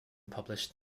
published